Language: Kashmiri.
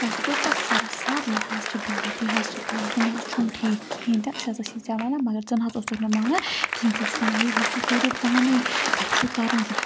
اَسہِ دوٚپ پَتہٕ سَرَس سَر یہِ حظ چھِ غلط یہِ حظ غلط یہِ نہٕ حظ چھُنہٕ ٹھیٖک کِہیٖنۍ تہِ أسۍ حظ ٲسے ژےٚ وَنان مگر ژٕ نہ حظ اوسُکھ نہٕ مانان کہیٖنۍ ژٕ اوسُکھ ونان ہے گژھِو کٔرِو پانَے کَتہِ چھُو کَرُن